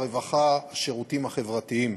הרווחה והשירותים החברתיים.